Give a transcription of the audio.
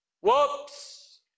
Whoops